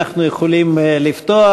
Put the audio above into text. אנחנו יכולים לפתוח,